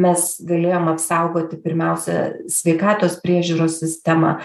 mes galėjom apsaugoti pirmiausia sveikatos priežiūros sistemą